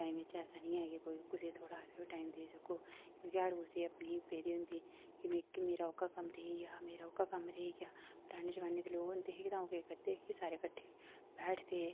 time च ऐसा निं ऐ की कोई कुसै गी थोह्ड़ा हारा बी टाइम देई सकग क्योंकि हर कुसै गी अपनी पेदी होंदी की मेरा ओह्का कम्म रेही गेआ मेरा ओह्का कम्म रेहिया पराने जमाने दे लोक होंदे हे ते ओह् केह् करदे हे की सारे कट्ठे बौंह्दे